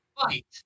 Fight